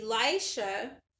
Elisha